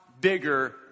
bigger